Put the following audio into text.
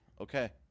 okay